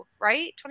right